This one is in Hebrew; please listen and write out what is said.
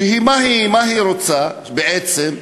שמה היא רוצה בעצם?